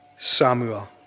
Samuel